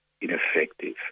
ineffective